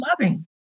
loving